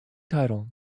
title